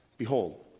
Behold